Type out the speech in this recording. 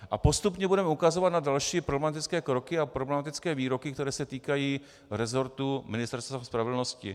A postupně budeme ukazovat na další problematické kroky a problematické výroky, které se týkají resortu Ministerstva spravedlnosti.